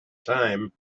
time